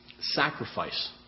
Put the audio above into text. sacrifice